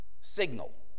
signal